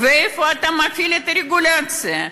איפה אתה מפעיל את הרגולציה?